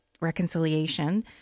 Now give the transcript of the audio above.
reconciliation